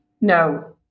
No